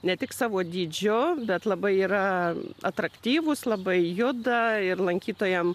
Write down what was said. ne tik savo dydžiu bet labai yra atraktyvūs labai juoda ir lankytojam